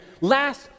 last